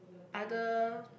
other